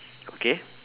okay